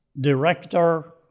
director